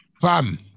Fam